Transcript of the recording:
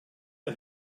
der